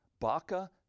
Baca